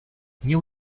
new